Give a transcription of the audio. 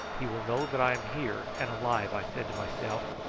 he will know that i am here, and alive, i said to myself.